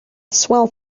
swell